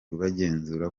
bagenzura